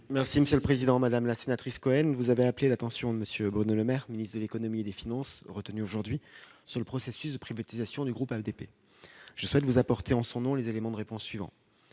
secrétaire d'État. Madame la sénatrice Cohen vous avez appelé l'attention de M. le ministre de l'économie et des finances, retenu aujourd'hui, sur le processus de privatisation du groupe ADP. Je souhaite vous apporter en son nom les éléments de réponse suivants.